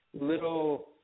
little